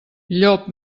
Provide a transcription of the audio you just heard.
llop